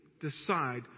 decide